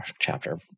chapter